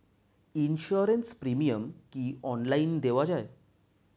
Insurance premium কি online দেওয়া যায়?